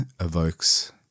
evokes